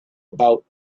about